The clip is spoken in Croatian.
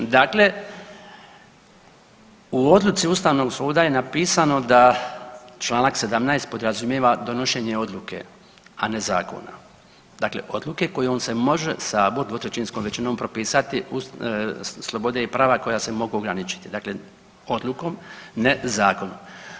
Dakle, u odluci Ustavnog suda je napisano da čl. 17. podrazumijeva donošenje odluke, a ne zakona, dakle odluke kojom se može Sabor dvotrećinskom većinom propisati slobode i prava koja se mogu ograničiti, dakle odlukom ne zakonom.